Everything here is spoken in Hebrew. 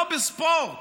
לא בספורט,